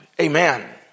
Amen